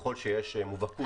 ככל שיש מובהקות.